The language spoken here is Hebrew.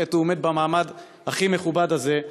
עת שהוא עומד במעמד הכי מכובד הזה.